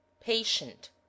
Patient